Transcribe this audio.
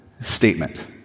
statement